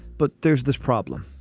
but there's this problem.